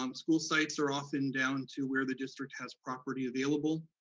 um school sites are often down to where the district has property available,